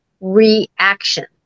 reaction